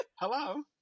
Hello